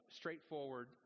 straightforward